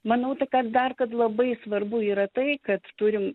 manau tai kas dar kad labai svarbu yra tai kad turim